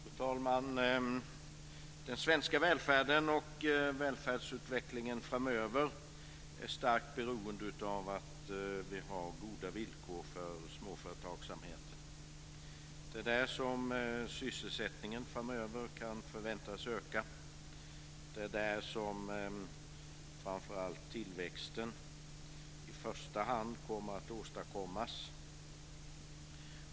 Fru talman! Den svenska välfärden och välfärdsutvecklingen framöver är starkt beroende av att vi har goda villkor för småföretagsamheten. Det är inom den som sysselsättningen framöver kan förväntas öka, och det är i första hand där som tillväxten kommer att åstadkommas.